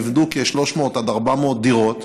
נבנו כ-300 עד 400 דירות